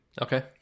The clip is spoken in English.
Okay